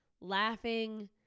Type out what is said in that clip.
laughing